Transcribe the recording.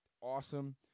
awesome